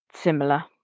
similar